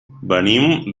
venim